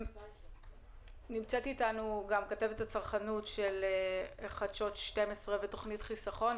נמצאת איתנו כתבת הצרכנות של חדשות 12 ו"תוכנית חיסכון",